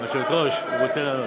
היושבת-ראש, הוא רוצה לענות.